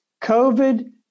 COVID